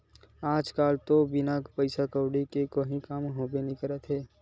आज कल तो बिना पइसा कउड़ी के काहीं काम होबे काँहा करथे